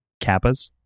Kappas